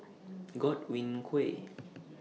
Godwin Koay